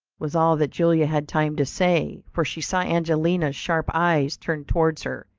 was all that julia had time to say, for she saw angelina's sharp eyes turned towards her,